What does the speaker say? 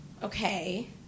okay